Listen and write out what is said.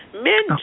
Men